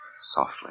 softly